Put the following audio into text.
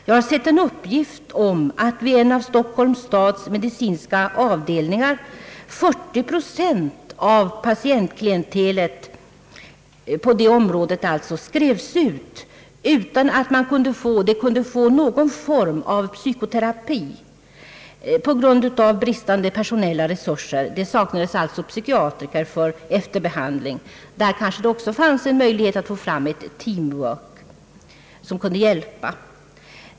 Jag har sett en uppgift om att vid en av Stockholms stads medicinska avdelningar utskrevs 40 procent av patientklientelet på det området utan någon form av psykoterapi på grund av bristande personella resurser. Det saknades alltså psykiatrer för efterbehandling. Där kanske det också fanns en möjlighet att få fram ett team-work som kunde hjälpa till.